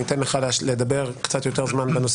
אני אתן לך לדבר קצת יותר זמן בנושא